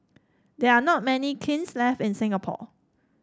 there are not many kilns left in Singapore